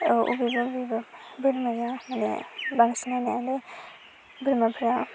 औ अबेबा अबेबा बोरमाया मानि बांसिनानो बोरमाफ्रा